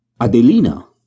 Adelina